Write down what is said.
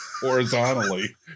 horizontally